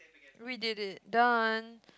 we did it done